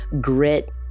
grit